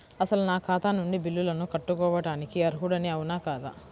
అసలు నా ఖాతా నుండి బిల్లులను కట్టుకోవటానికి అర్హుడని అవునా కాదా?